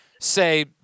say—